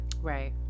Right